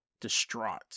distraught